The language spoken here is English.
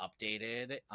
updated